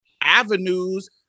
avenues